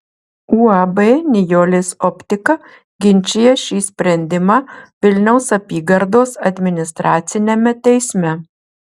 uab nijolės optika ginčija šį sprendimą vilniaus apygardos administraciniame teisme